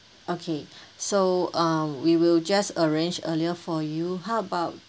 okay so uh we will just arrange earlier for you how about